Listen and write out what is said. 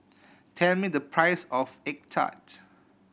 tell me the price of egg tart